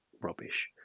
rubbish